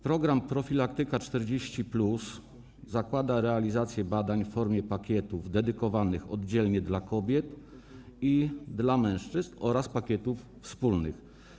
Program „Profilaktyka 40+” zakłada realizację badań w formie pakietów dedykowanych oddzielnie dla kobiet i dla mężczyzn oraz pakietów wspólnych.